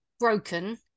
broken